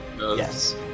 Yes